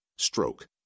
Stroke